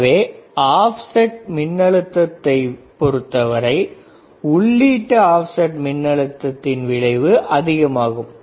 எனவே ஆப்செட் மின்னழுத்தத்தை பொறுத்தவரை உள்ளீட்டு ஆப்செட் மின்னழுத்தத்தின் விளைவு அதிகமானது